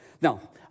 Now